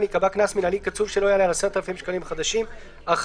ייקבע קנס מינהלי קצוב שלא יעלה על 10,000 שקלים חדשים: (1)